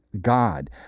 God